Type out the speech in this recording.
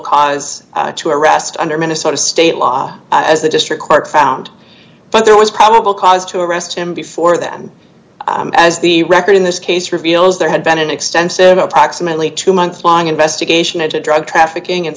cause to arrest under minnesota state law as the district court found but there was probable cause to arrest him before then as the record in this case reveals there had been an extensive approximately two month long investigation into drug trafficking in